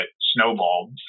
snowballed